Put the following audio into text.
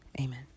amen